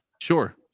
Sure